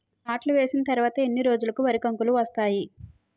నాట్లు వేసిన తర్వాత ఎన్ని రోజులకు వరి కంకులు వస్తాయి?